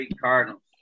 Cardinals